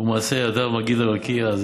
"ומעשה ידיו מגיד הרקיע".